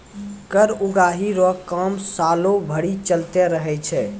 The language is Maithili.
कर उगाही रो काम सालो भरी चलते रहै छै